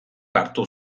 hartu